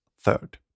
third